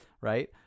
Right